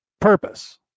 purpose